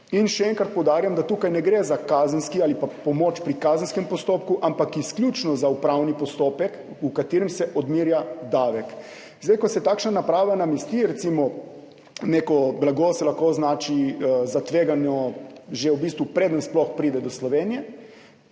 Še enkrat poudarjam, datukaj ne gre za kazenski ali pa pomoč pri kazenskem postopku, ampak izključno za upravni postopek, v katerem se odmerja davek. Ko se takšna naprava namesti, recimo neko blago se lahko označi za tvegano že v bistvu preden sploh pride do Slovenije,